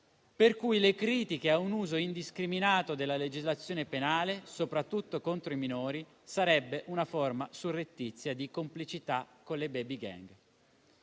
per cui le critiche a un uso indiscriminato della legislazione penale, soprattutto contro i minori, sarebbero una forma surrettizia di complicità con le *baby gang*.